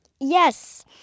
Yes